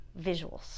visuals